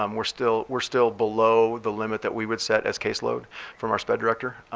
um we're still we're still below the limit that we would set as caseload from our spec director.